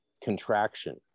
contraction